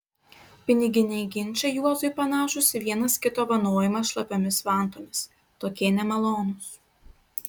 piniginiai ginčai juozui panašūs į vienas kito vanojimą šlapiomis vantomis tokie nemalonūs